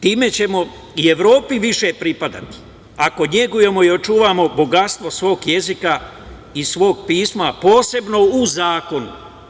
Time ćemo i Evropi više pripadati ako negujemo i očuvamo bogatstvo svog jezika i svog pisma, a posebno u zakonu.